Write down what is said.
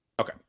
okay